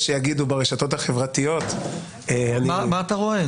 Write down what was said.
יש שיגידו ברשתות החברתיות --- מה אתה רואה?